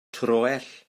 troell